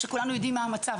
כולנו יודעים מה המצב.